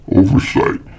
oversight